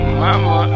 mama